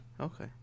okay